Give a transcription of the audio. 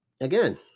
again